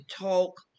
talk